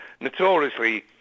notoriously